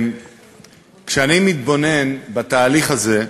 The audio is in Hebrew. כשאני מתבונן בתהליך הזה,